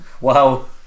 wow